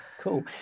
cool